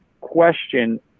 question